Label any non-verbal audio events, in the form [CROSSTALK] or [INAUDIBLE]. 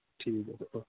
ਠੀਕ ਹੈ [UNINTELLIGIBLE]